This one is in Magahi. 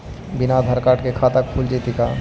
बिना आधार कार्ड के खाता खुल जइतै का?